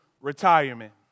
retirement